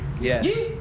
Yes